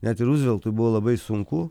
net ir ruzveltui buvo labai sunku